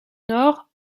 nord